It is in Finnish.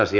asia